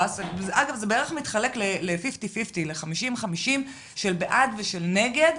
אגב, זה מתחלק בערך חצי-חצי של בעד ושל נגד,